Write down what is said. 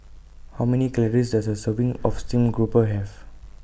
How Many Calories Does A Serving of Steamed Grouper Have